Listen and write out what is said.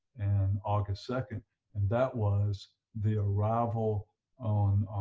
and august second and that was the arrival on